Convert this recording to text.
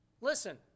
Listen